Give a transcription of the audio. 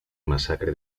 masacre